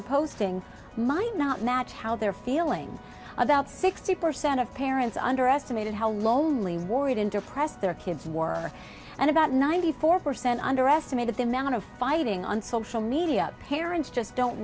are posting might not match how they're feeling about sixty percent of parents underestimated how lonely worried and depressed their kids were and about ninety four percent underestimated the amount of fighting on social media parents just don't